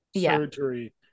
surgery